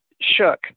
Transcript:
shook